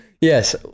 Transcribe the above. Yes